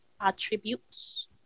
attributes